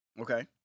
Okay